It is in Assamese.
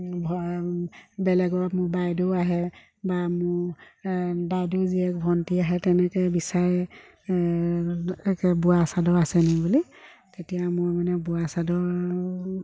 ধৰা বেলেগৰ মোৰ বাইদেউ আহে বা মোৰ দাইদেউৰ জীয়েক ভণ্টি আহে তেনেকৈ বিচাৰে একে বোৱা চাদৰ আছে নেকি বুলি তেতিয়া মই মানে বোৱা চাদৰ